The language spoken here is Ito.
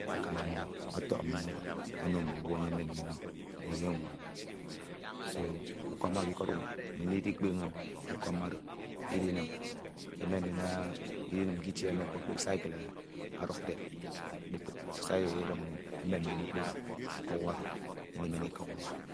akama omukho ọtọhọ mmo ono mmowu oro enyemde ndinwoñ mmowu enwoñ ukom oro k'iked oro nnyin idikpeñe ukom oro idinim emen ndin idinim k'itie emi kpokokpok eyde ọdukde kpok kpok eyde ididuk ndin emen ndin mkpo oro ọwọrọ nnyin imen ndin ika urua